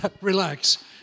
Relax